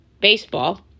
baseball